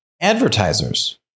advertisers